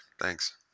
Thanks